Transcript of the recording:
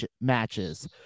matches